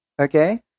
Okay